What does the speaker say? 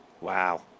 Wow